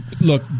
Look